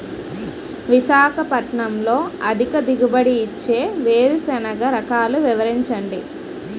విశాఖపట్నంలో అధిక దిగుబడి ఇచ్చే వేరుసెనగ రకాలు వివరించండి?